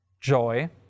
joy